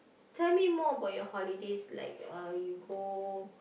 tell me more about your holidays like uh you go